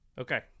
Okay